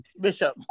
Bishop